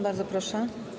Bardzo proszę.